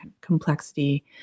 complexity